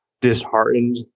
disheartened